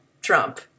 Trump